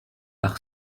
par